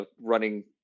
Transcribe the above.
running